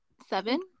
Seven